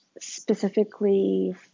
specifically